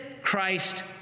Christ